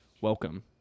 welcome